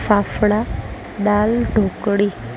fafda dal ઢોકળી